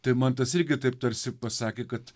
tai man tas irgi taip tarsi pasakė kad